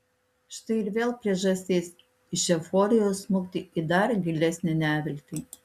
štai ir vėl priežastis iš euforijos smukti į dar gilesnę neviltį